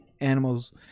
animals